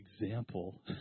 example